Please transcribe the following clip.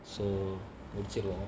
so okay lor